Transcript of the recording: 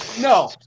No